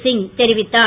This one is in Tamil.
சிங் தெரிவித்தார்